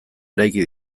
eraiki